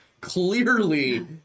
clearly